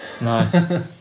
No